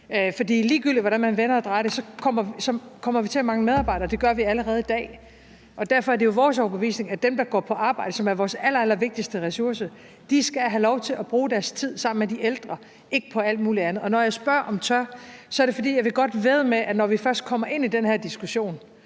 for ligegyldigt hvordan man vender og drejer det, kommer vi til at mangle medarbejdere. Det gør vi allerede i dag. Derfor er det jo vores overbevisning, at dem, der går på arbejde, og som er vores allerallervigtigste ressource, skal have lov til at bruge deres tid sammen med de ældre og ikke på alt muligt andet. Når jeg spørger, om I tør, er det, fordi jeg godt vil vædde med, at når vi først kommer ind i den her diskussion